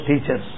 teachers